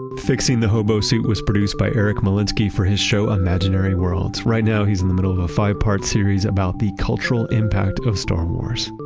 and fixing the hobo suit was produced by eric molinsky for his show on imaginary worlds. right now he's in the middle of a five part series about the cultural impact of star wars.